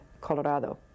Colorado